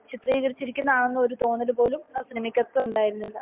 ചിത്രീകരിച്ചിരിക്കുന്നതാണെന്ന് ഒര് തോന്നല് പോലും ആ സിനിമയ്ക്കകത്ത് ഉണ്ടായിരുന്നില്ല